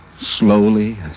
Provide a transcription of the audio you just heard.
slowly